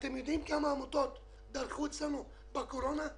אתם יודעים כמה עמותות דרכו אצלנו בתקופת הקורונה?